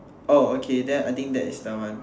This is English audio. oh okay then I think that is the one